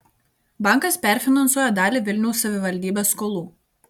bankas perfinansuoja dalį vilniaus savivaldybės skolų